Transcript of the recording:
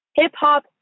Hip-hop